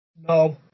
no